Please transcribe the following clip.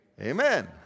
Amen